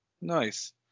nice